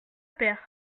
père